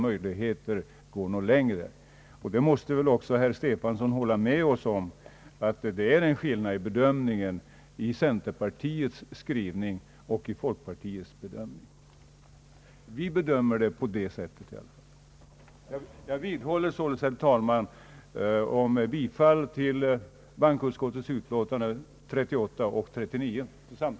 Men herr Stefanson måste väl hålla med om att det är en skillnad i bedömningen i centerpartiets skrivning och i folkpartiets skrivning. Vi bedömer det i varje fall på det sättet.